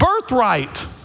birthright